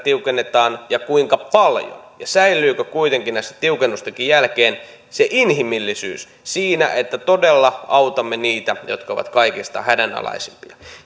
kun tiukennetaan niin kuinka paljon ja säilyykö kuitenkin näiden tiukennustenkin jälkeen se inhimillisyys siinä että todella autamme niitä jotka ovat kaikista hädänalaisimpia